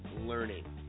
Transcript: learning